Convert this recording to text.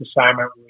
assignment